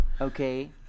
Okay